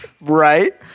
Right